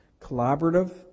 Collaborative